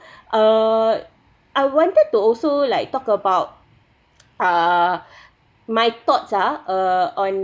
err I wanted to also like talk about uh my thoughts ah on